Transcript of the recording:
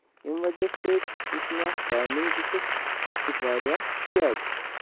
ییٚمہِ وجہہ سۭتۍ یُس مےٚ اَتھ ٹایمِنگ دِژٕکھ سُہ دِژٕکھ واریاہ زیادٕ